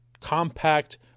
compact